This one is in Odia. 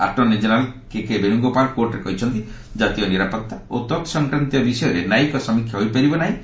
ଆଟର୍ଣ୍ଣି କେନେରାଲ କେକେ ବେଣୁଗୋପାଳ କୋର୍ଟରେ କହିଛନ୍ତି ଜାତୀୟ ନିରାପତ୍ତା ଓ ତତ୍ ସଂକ୍ରାନ୍ତୀୟ ବିଷୟରେ ନ୍ୟାୟିକ ସମୀକ୍ଷା ହୋଇପାରିବ ନାହିଁ